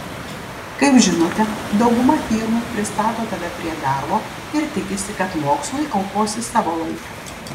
kaip žinote dauguma firmų pristato tave prie darbo ir tikisi kad mokslui aukosi savo laiką